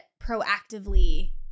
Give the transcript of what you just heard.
proactively –